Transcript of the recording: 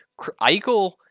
Eichel